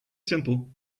simple